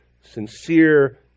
sincere